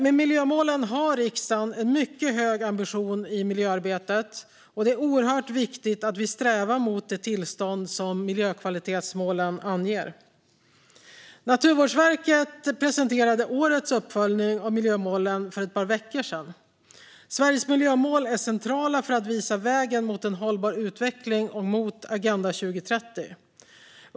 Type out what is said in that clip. Med miljömålen har riksdagen en mycket hög ambition i miljöarbetet. Det är oerhört viktigt att vi strävar mot det tillstånd som miljökvalitetsmålen anger. Naturvårdsverket presenterade årets uppföljning av miljömålen för ett par veckor sedan. Sveriges miljömål är centrala för att visa vägen mot hållbar utveckling och mot Agenda 2030.